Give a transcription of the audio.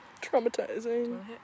Traumatizing